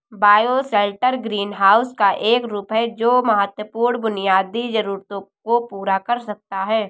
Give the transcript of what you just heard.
bioshelter greenhouse का एक रूप है जो महत्वपूर्ण बुनियादी जरूरतों को पूरा कर सकता है